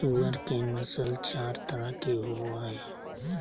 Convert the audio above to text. सूअर के नस्ल चार तरह के होवो हइ